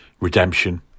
redemption